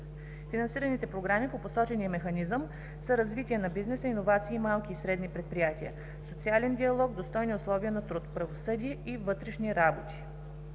Финансираните програми по посочения механизъм са: „Развитие на бизнеса, иновации и малки и средни предприятия“; „Социален диалог – достойни условия на труд“; „Правосъдие“ и „Вътрешни работи“.